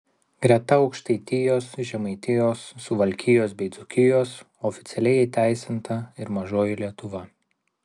greta aukštaitijos žemaitijos suvalkijos bei dzūkijos oficialiai įteisinta ir mažoji lietuva